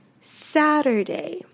Saturday